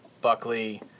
Buckley